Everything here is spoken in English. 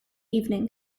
evening